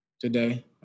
today